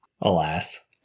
alas